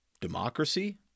Democracy